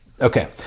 Okay